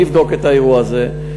אני אבדוק את האירוע הזה.